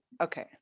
okay